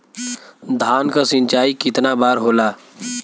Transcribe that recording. धान क सिंचाई कितना बार होला?